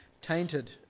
tainted